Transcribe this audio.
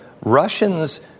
Russians